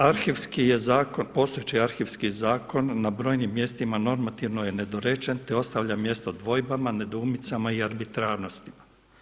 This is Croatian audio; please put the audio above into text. Arhivski je zakon, postojeći Arhivski zakon na brojnim mjestima normativno je nedorečen, te ostavlja mjesto dvojbama, nedoumicama i arbitrarnosti.